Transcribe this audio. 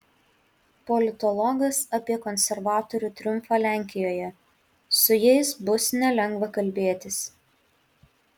politologas apie konservatorių triumfą lenkijoje su jais bus nelengva kalbėtis